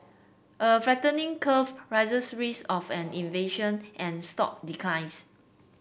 a flattening curve raises risk of an inversion and stock declines